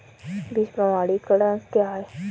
बीज प्रमाणीकरण क्या है?